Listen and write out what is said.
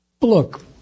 Look